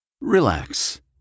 Relax